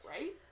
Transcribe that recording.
right